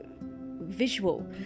visual